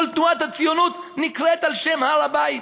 כל תנועת הציונות נקראת על שם הר-הבית,